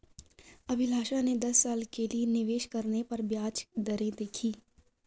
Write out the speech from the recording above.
अभिलाषा ने दस साल के लिए निवेश करने पर ब्याज दरें देखी